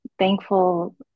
thankful